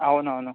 అవునవును